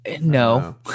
No